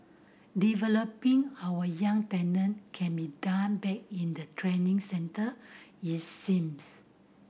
developing our young talent can be done back in the training centre it seems